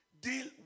deal